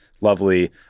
lovely